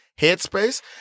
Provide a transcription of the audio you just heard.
headspace